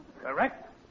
Correct